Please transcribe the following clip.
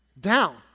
Down